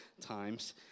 times